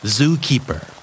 Zookeeper